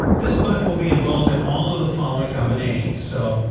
this button will be involved in all the following combinations. so,